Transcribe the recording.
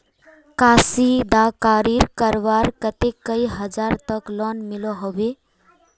कशीदाकारी करवार केते कई हजार तक लोन मिलोहो होबे?